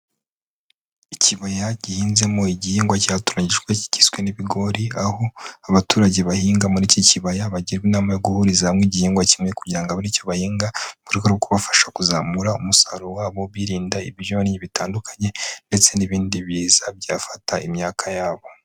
Ikibaya gihinzemo igihingwa cyatoranyijwe kigizwe n'ibigori, aho abaturage bahinga muri iki kibaya, bagirwa inama yo guhuriza hamwe igihingwa kimwe kugira ngo abe ari cyo bahinga, mu rwego rwo kubafasha kuzamura umusaruro wabo birinda ibyonnyi bitandukanye, ndetse n'ibindi biza byafata imyaka yabo.